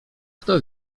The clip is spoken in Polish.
kto